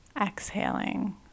exhaling